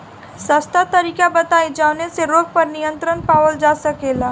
सस्ता तरीका बताई जवने से रोग पर नियंत्रण पावल जा सकेला?